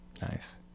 Nice